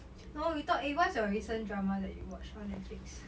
no we talk what's your recent drama that you watch on netflix